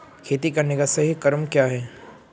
खेती करने का सही क्रम क्या है?